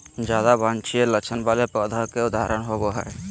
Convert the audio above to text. ज्यादा वांछनीय लक्षण वाले पौधों के उदाहरण होबो हइ